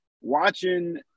watching